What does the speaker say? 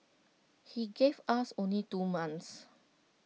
he gave us only two months